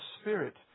Spirit